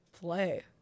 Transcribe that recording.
Play